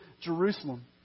Jerusalem